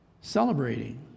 celebrating